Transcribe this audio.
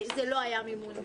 זה לא היה מימון מלא.